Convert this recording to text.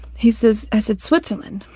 he says i said, switzerland.